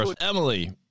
Emily